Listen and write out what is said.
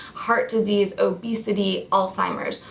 heart disease, obesity, alzheimer's,